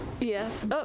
Yes